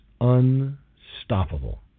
unstoppable